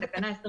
בתקנה 26